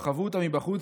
אך חוו אותה מבחוץ,